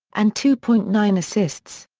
and two point nine assists.